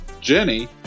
Jenny